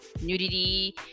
nudity